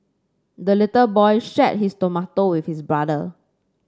the little boy shared his tomato with his brother